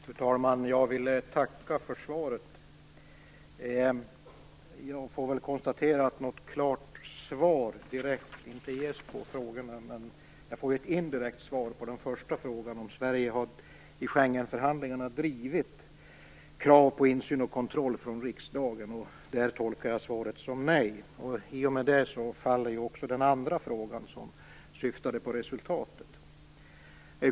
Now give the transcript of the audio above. Fru talman! Jag vill tacka för svaret. Jag får konstatera att något direkt klart svar inte ges på frågorna. Men jag får ett indirekt svar på den första frågan, om Sverige i Schengenförhandlingarna har drivit krav på insyn och kontroll från riksdagen. Där tolkar jag svaret som ett nej. I och med det faller också den andra frågan, som syftade på resultat.